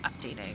updating